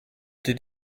did